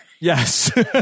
Yes